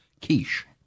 quiche